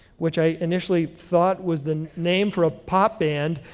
which i initially thought was the name for a pop band,